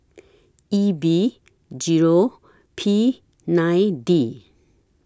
E B Zero P nine D